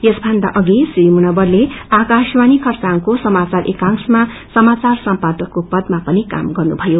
यसभन्दा अधि री मुनव्वरले आकाशवाणी खरसाङको समाचार एकाशमा समाचार सम्पादकको पदामा पनि काम गर्नुभयो